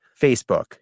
Facebook